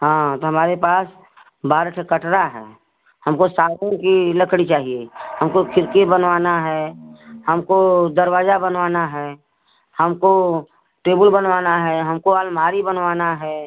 हाँ तो हमारे पास बारह ठे कटरा है हमको सागुन की लकड़ी चाहिए हमको खिड़की बनवाना है हमको दरवाजा बनवाना है हमको टेबुल बनवाना है हमको अलमारी बनवाना है